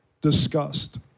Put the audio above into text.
discussed